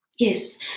Yes